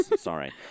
Sorry